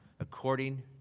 According